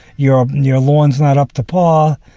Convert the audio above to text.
your ah your lawn's not up to par.